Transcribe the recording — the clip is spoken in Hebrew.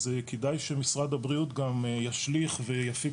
אז כדאי שמשרד הבריאות גם ישליך ויפיק